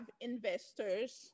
investors